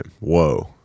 whoa